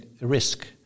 risk